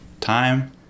time